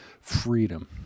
freedom